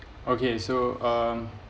okay so um